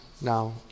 now